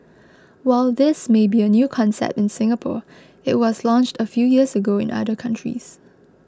while this may be a new concept in Singapore it was launched a few years ago in other countries